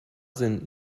sind